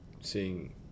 seeing